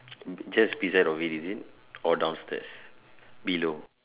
just beside of it is it or downstairs below